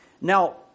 Now